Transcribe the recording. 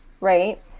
right